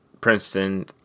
Princeton